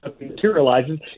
materializes